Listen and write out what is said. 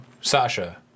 Sasha